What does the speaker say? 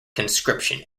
conscription